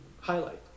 highlight